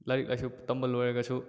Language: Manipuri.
ꯂꯥꯏꯔꯤꯛ ꯂꯥꯏꯁꯨ ꯇꯝꯕ ꯂꯣꯏꯔꯒꯁꯨ